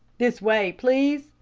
this way, please!